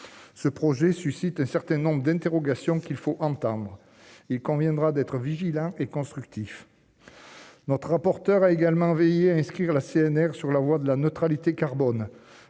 ce projet suscite un certain nombre d'interrogations qu'il faut entendre, il conviendra d'être vigilant et constructif. Notre rapporteur a également veillé à inscrire la CNR sur la voie de la neutralité carbone